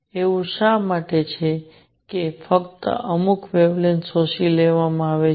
એવું શા માટે છે કે ફક્ત અમુક વેવલેન્થ શોષી લેવામાં આવે છે